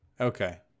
Okay